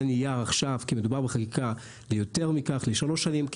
הנייר עכשיו כי מדובר בחקיקה ויותר מכך לשלוש שנים.